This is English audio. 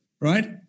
right